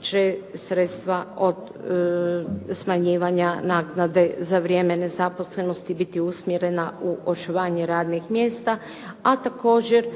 će sredstva od smanjivanja naknade za vrijeme nezaposlenosti biti usmjerena u očuvanje radnih mjesta, a također